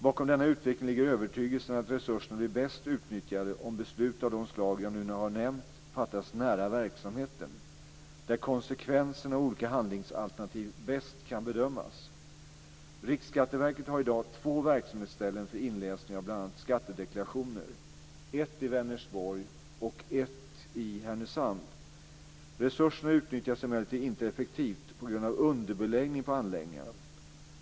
Bakom denna utveckling ligger övertygelsen att resurserna blir bäst utnyttjade om beslut av de slag jag nu har nämnt fattas nära verksamheten, där konsekvenserna av olika handlingsalternativ bäst kan bedömas. Riksskatteverket har i dag två verksamhetsställen för inläsning av bl.a. skattedeklarationer, ett i Vänersborg och ett i Härnösand. Resurserna utnyttjas emellertid inte effektivt på grund av underbeläggning på anläggningarna.